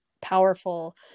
powerful